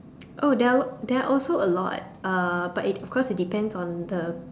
oh there are there are also a lot uh but it of course it depends on the